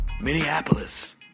Minneapolis